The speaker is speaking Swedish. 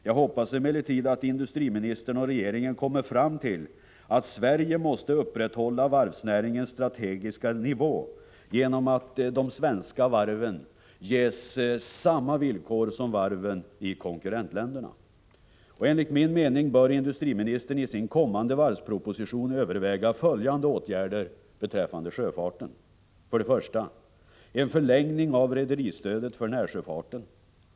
Jag hoppas emellertid att industriministern och regeringen kommer fram till att Sverige måste upprätthålla varvsnäringens strategiska nivå genom att de svenska varven ges samma villkor som varven i konkurrentländerna. Enligt min mening bör industriministern i sin kommande varvsproposition överväga följande åtgärder beträffande sjöfarten. För det första en förlängning av rederistödet för närsjöfarten.